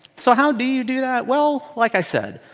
so how do you do that. well like i said,